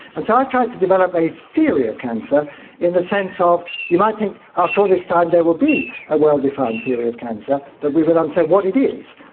and so i've tried to develop a theory of cancer in the sense of you might think after all this time there would be a well-defined theory of cancer, that we would understand um so what it is.